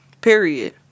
Period